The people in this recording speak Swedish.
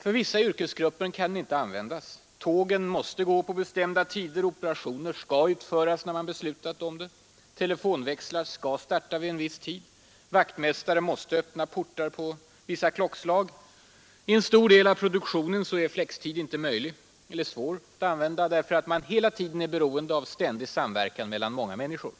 För vissa yrkesgrupper kan den inte användas: tågen måste gå på bestämda tider, operationer skall utföras när man beslutat det, telefonväxlar skall starta vid en viss tid, vissa vaktmästare måste öppna portar på vissa klockslag, i en stor del av produktionen är flextid inte möjlig eller svår att använda därför att man hela tiden är beroende av ständig samverkan mellan många människor.